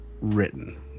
written